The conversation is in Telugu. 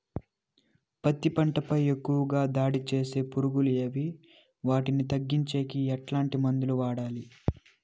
పత్తి పంట పై ఎక్కువగా దాడి సేసే పులుగులు ఏవి వాటిని తగ్గించేకి ఎట్లాంటి మందులు వాడాలి?